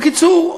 בקיצור,